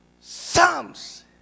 psalms